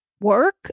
work